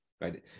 right